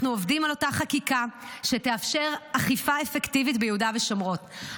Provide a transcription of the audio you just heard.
אנחנו עובדים על חקיקה שתאפשר אכיפה אפקטיבית ביהודה ושומרון,